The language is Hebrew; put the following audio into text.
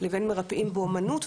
לבין מרפאים באומנות,